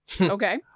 Okay